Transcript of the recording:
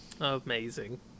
Amazing